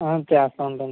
చేస్తూ ఉంటాను సార్